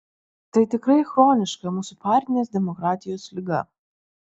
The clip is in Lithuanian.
tai tikrai chroniška mūsų partinės demokratijos liga